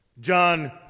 John